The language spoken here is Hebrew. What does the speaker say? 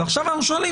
ועכשיו אנו שואלים,